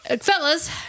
fellas